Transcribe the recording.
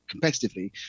competitively